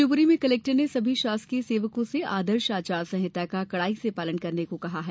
शिवपुरी में कलेक्टर ने सभी शासकीय सेवकों से आदर्श आचार संहिता का कड़ाई से पालन करने को कहा है